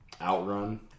Outrun